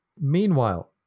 Meanwhile